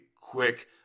quick